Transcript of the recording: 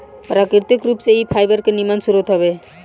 प्राकृतिक रूप से इ फाइबर के निमन स्रोत हवे